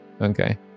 Okay